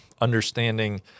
understanding